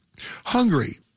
Hungary